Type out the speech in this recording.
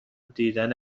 دیدن